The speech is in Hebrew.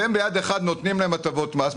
ביד אחת אתם נותנים להם הטבות מס,